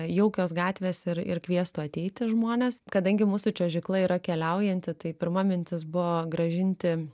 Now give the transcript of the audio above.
jaukios gatvės ir ir kviestų ateiti žmones kadangi mūsų čiuožykla yra keliaujanti tai pirma mintis buvo grąžinti